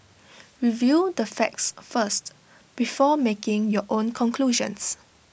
review the facts first before making your own conclusions